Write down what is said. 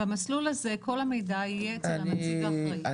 במסלול הזה כל המידע יהיה אצל הנציג האחראי.